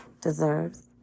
deserves